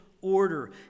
order